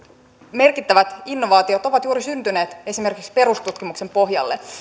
merkittävät innovaatiot ovat juuri syntyneet esimerkiksi perustutkimuksen pohjalle